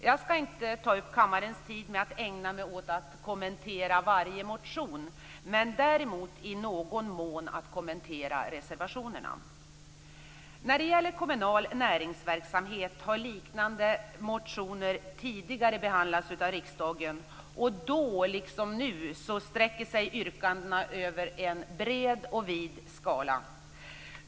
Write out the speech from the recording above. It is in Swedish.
Jag skall inte ta upp kammarens tid med att ägna mig åt att kommentera varje motion, men däremot i någon mån åt att kommentera reservationerna. När det gäller kommunal näringsverksamhet har liknande motioner tidigare behandlats av riksdagen. Då, liksom nu, sträckte sig yrkandena över en bred och vid skala.